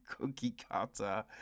cookie-cutter